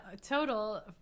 total